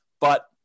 but-